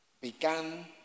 began